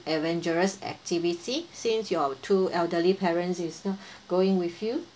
adventurous activity since your two elderly parents is not going with you